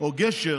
או גשר